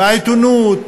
בעיתונות,